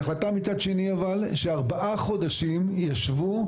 אבל מצד שני זו החלטה שארבעה חודשים ישבו,